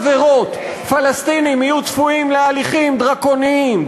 עבירות פלסטינים יהיו צפויים להליכים דרקוניים,